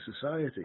society